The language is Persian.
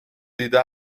دیده